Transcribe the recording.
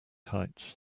heights